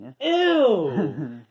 Ew